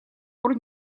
пор